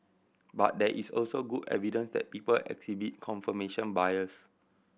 but there is also good evidence that people exhibit confirmation bias